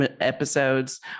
episodes